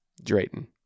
Drayton